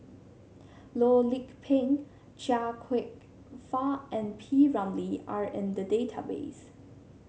Loh Lik Peng Chia Kwek Fah and P Ramlee are in the database